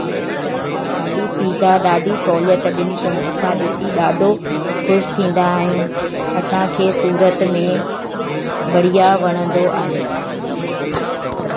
ॾिनी अथऊं ऐं ॾाढी सुविधा ॾाढी सहुलियत ॾिनी अथऊं असां ॾिसी ॾाढो ख़ुश थींदा आहियूं असांखे सूरत में बढ़िया वणंदो आहे